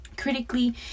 critically